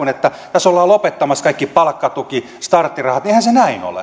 oltaisiin lopettamassa kaikki palkkatuki starttirahat niin eihän se näin ole